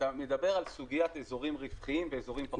אתה מדבר על סוגיית אזורים רווחיים ואזורים פחות רווחיים.